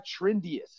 trendiest